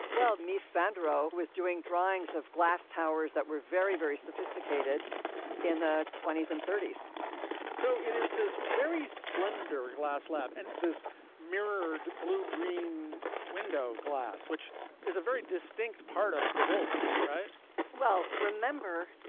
well, miss flandreau, who is doing drawings of glass towers that were very, very sophisticated in the twenty s and thirty point s so it is this very slender glass lab and this mirror blue green window glass, which is a very distinct part of the building. right well, remember,